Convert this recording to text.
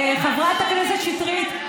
חברת הכנסת שטרית,